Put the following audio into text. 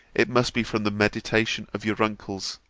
it must be from the mediation of your uncles.